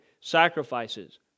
sacrifices